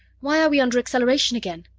why are we under acceleration again?